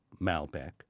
Malbec